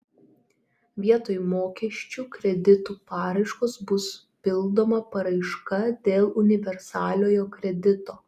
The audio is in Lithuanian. vietoj mokesčių kreditų paraiškos bus pildoma paraiška dėl universaliojo kredito